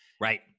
Right